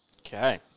Okay